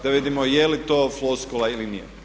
Da vidimo je li to floskula ili nije.